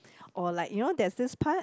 or like you know there's this part